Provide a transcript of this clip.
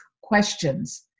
questions